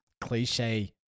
cliche